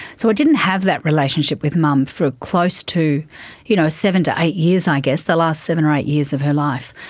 so i didn't have that relationship with mum for close to you know seven to eight years i guess, the last seven or eight years of her life.